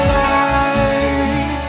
light